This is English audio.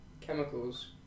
chemicals